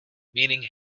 meaning